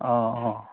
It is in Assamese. অঁ অঁ